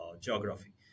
geography